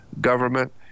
government